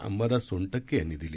अंबादास सोनटक्के यांनी दिली